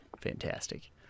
fantastic